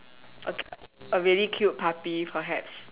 okay a a really cute puppy perhaps